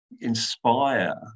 inspire